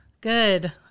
Good